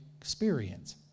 experience